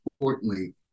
importantly